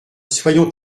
soyons